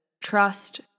trust